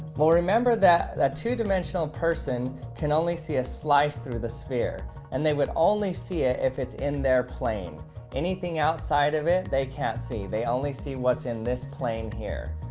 well, remember that that two dimensional person can only see a slice through the sphere and they would only see it if it's in their plane anything outside of it, they can't see they only see what's in this plane here.